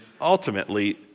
ultimately